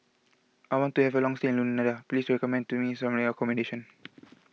I want to have long stay in Luanda please recommend to me some accommodation